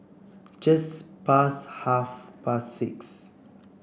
just past half past six